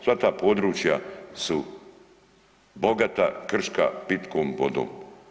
Sva ta područja su bogata, krška pitkom vodom.